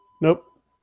Nope